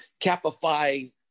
Capify